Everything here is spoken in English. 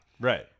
Right